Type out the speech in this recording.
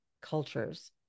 cultures